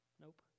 Nope